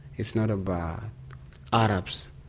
it's not about arabs,